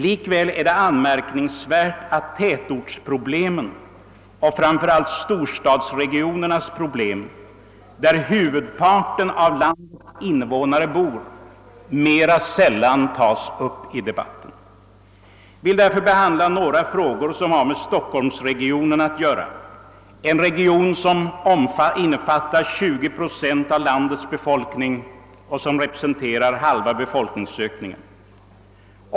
Likväl är det anmärkningsvärt att tätortsproblemen — och framför allt problemen i storstadsregionerna, där huvudparten av landets invånare bor — mera sällan tas upp till diskussion. Jag vill därför behandla några frågor som har med stockholmsregionen att göra, en region som innefattar 20 procent av landets befolkning och som representerar halva befolkningsökningen.